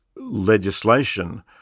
legislation